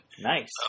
Nice